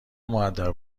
مودب